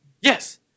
Yes